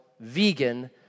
vegan